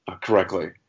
correctly